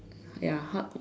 ya hug